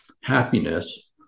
Happiness